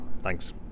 Thanks